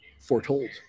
foretold